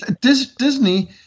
Disney